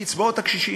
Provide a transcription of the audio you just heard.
קצבאות הקשישים.